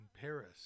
Paris